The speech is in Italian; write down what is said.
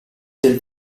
del